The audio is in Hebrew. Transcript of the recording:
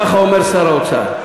כך אומר שר האוצר.